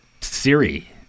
Siri